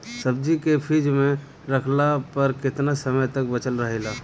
सब्जी के फिज में रखला पर केतना समय तक बचल रहेला?